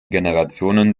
generationen